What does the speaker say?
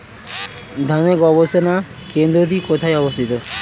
ধানের গবষণা কেন্দ্রটি কোথায় অবস্থিত?